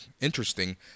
interesting